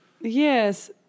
Yes